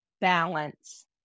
balance